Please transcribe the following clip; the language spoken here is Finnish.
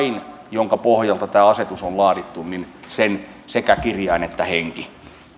jonka pohjalta tämä asetus on laadittu sekä kirjain että henki